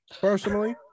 personally